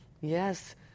yes